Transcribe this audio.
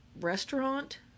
restaurant